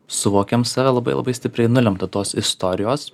suvokiam save labai labai stipriai nulemta tos istorijos